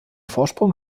vorsprung